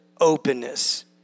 openness